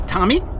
Tommy